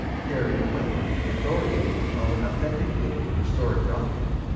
carrying with it the authority of an authenticated historic document.